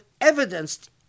evidenced